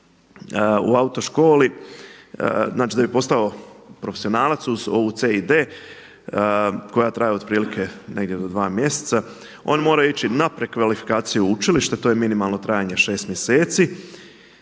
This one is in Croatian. u autoškoli, da bi postao profesionalac uz ovu C i D koja traje otprilike negdje do dva mjeseca, on mora ići na prekvalifikaciju u učilište, to je minimalno trajanje šest mjeseci